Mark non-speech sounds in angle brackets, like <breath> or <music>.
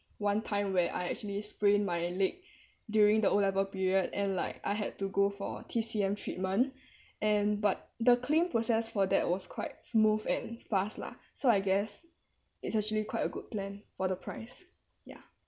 one time where I actually sprain my leg <breath> during the O level period and like I had to go for T_C_M treatment <breath> and but the claim process for that was quite smooth and fast lah so I guess it's actually quite a good plan for the price ya